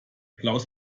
klaus